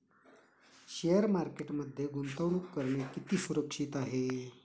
Share मार्केटमध्ये गुंतवणूक करणे किती सुरक्षित आहे?